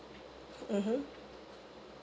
mmhmm